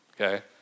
Okay